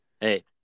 Hey